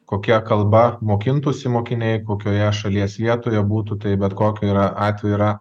kokia kalba mokintųsi mokiniai kokioje šalies vietoje būtų tai bet kokia yra atvejų yra